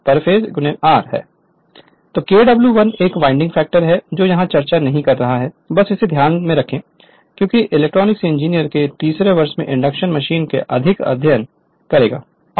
तो Kw1 एक winding factor है जो यहां चर्चा नहीं कर रहा है बस इसे ध्यान में रखें क्योंकि इलेक्ट्रिकल इंजीनियरिंग के तीसरे वर्ष में इंडक्शन मशीन का अधिक अध्ययन करेगा होगा